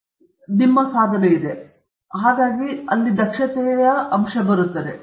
ಸಂಪೂರ್ಣ ಡಾಕ್ಯುಮೆಂಟ್ನಲ್ಲಿ ನಿಮ್ಮ ಡಾಕ್ಯುಮೆಂಟಿನಲ್ಲಿ ದಕ್ಷತೆಯ ಈ ಪರಿಕಲ್ಪನೆಯು ನಿಮಗೆ ಪರಿಣಾಮ ಬೀರುವಂತಹ ಕೆಲವು ವಿಷಯಗಳನ್ನು ತೋರಿಸುತ್ತದೆ